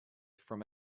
from